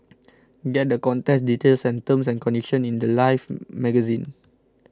get the contest details and terms and conditions in the Life magazine